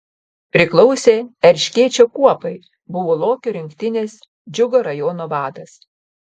priklausė erškėčio kuopai buvo lokio rinktinės džiugo rajono vadas